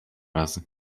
razy